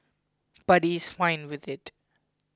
but he's fine with it